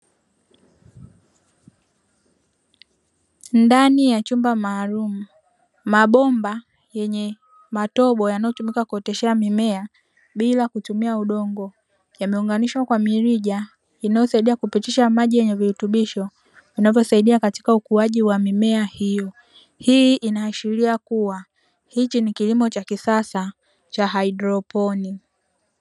Ndani ya shamba maalumu, mabomba yenye matobo yanayo tumika kuoteshea mimea bila kutumia udongo. Yameunganishwa kwa mirija inayo saidia kupitisha maji yenye virutubisho vinavyo saidia katika ukuwaji wa mimea hiyo. Hii inaashiria kuwa hichi ni kilimo cha kisasa cha haidroponi.